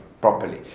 properly